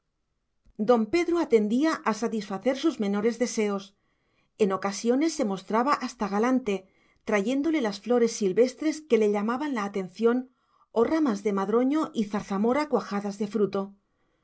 don pedro atendía a satisfacer sus menores deseos en ocasiones se mostraba hasta galante trayéndole las flores silvestres que le llamaban la atención o ramas de madroño y zarzamora cuajadas de fruto